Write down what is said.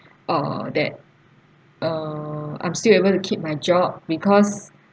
ah that uh I'm still able to keep my job because